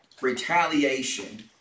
Retaliation